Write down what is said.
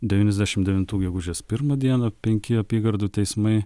devyniasdešimt devintų gegužės pirmą dieną penki apygardų teismai